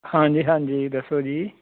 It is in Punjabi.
ਹਾਂਜੀ ਹਾਂਜੀ ਦੱਸੋ ਜੀ